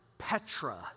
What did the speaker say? Petra